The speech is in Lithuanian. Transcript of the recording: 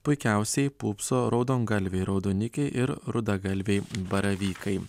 puikiausiai pūpso raudongalviai raudonikiai ir rudagalviai baravykai